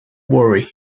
warri